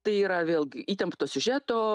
tai yra vėlgi įtempto siužeto